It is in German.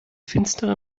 finsterer